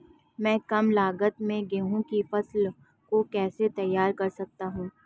मैं कम लागत में गेहूँ की फसल को कैसे तैयार कर सकता हूँ?